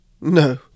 no